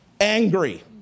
angry